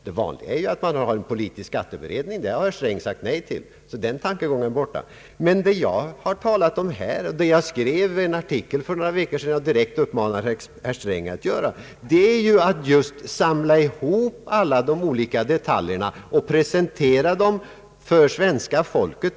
Det vanliga är ju att man har en politisk skatteberedning, men det har herr Sträng sagt nej till, så den tankegången är borta. Vad jag talat om här och skrev en artikel om för några veckor sedan och direkt uppmanade herr Sträng att göra är att samla ihop de olika detaljerna och presentera dem för svenska folket.